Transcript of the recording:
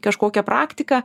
kažkokią praktiką